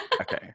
okay